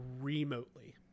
remotely